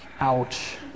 Ouch